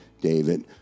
David